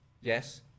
Yes